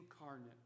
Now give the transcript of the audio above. incarnate